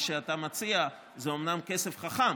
מה שאתה מציע זה אומנם כסף חכם,